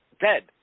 dead